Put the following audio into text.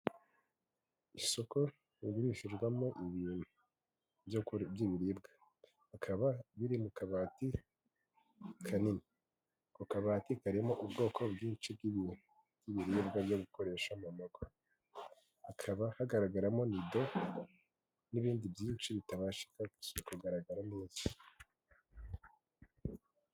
Isoko bagurishirwamo ibintu byoku by'ibiribwa, bikaba biri mu kabati kanini, akabati karimo ubwoko bwinshi bw'ibintu by'ibiribwa byo gukoresha mu murugu, hakaba hagaragaramo nido n'ibindi byinshi bitabashata kugaragara neza.